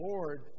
Lord